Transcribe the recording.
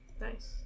Nice